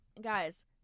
guys